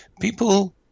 people